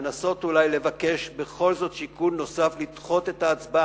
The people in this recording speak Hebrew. לנסות ולבקש בכל זאת שיקול נוסף לדחות את ההצבעה.